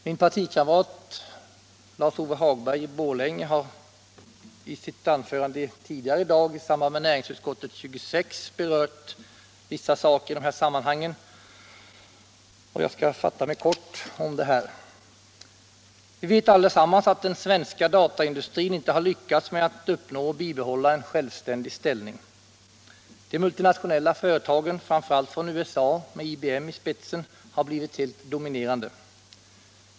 Min partikamrat Lars Ove Hagberg i Borlänge har i sitt anförande tidigare i dag då näringsutskottets betänkande nr 26 behandlades berört vissa frågor i detta sammanhang, och jag kan därför fatta mig kort. Vi vet alla att den svenska dataindustrin inte har lyckats med att uppnå och bibehålla en självständig ställning. De multinationella företagen, framför allt från USA med IBM i spetsen, har blivit helt dominerande.